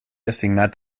assignat